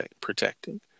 protecting